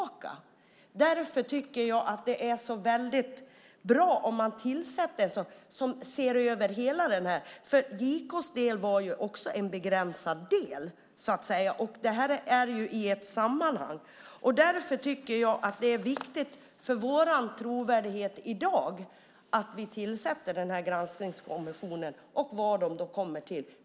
Därför tycker jag att det vore väldigt bra om man tillsätter en granskningskommission som ser över hela detta. JK:s del var ju begränsad. Men detta är ett sammanhang. Därför tycker jag att det är viktigt för vår trovärdighet i dag att denna granskningskommission tillsätts.